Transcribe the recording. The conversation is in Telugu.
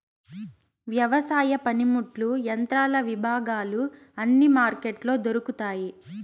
వ్యవసాయ పనిముట్లు యంత్రాల విభాగాలు అన్ని మార్కెట్లో దొరుకుతాయి